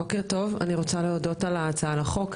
בוקר טוב, אני רוצה להודות על הצעת החוק.